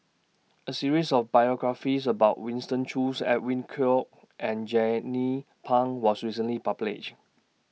A series of biographies about Winston Choos Edwin Koek and Jernnine Pang was recently published